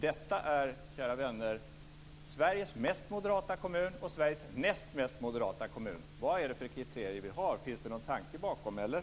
Detta är, kära vänner, Sveriges mest moderata kommun och Sveriges näst mest moderata kommun. Vad är det för kriterier vi har? Finns det någon tanke bakom, eller?